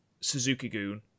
Suzuki-Goon